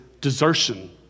desertion